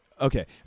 Okay